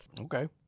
Okay